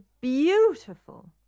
beautiful